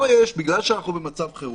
פה, בגלל שאנחנו במצב חירום,